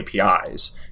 APIs